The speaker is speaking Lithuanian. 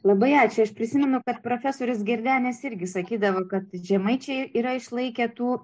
labai ačiū aš prisimenu kad profesorius girdenis irgi sakydavo kad žemaičiai yra išlaikę tų